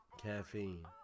caffeine